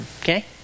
Okay